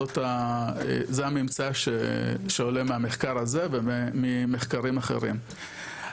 זה הממצא שעולה מהמחקר הזה וממחקרים אחרים.